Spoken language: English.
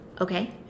Okay